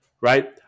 right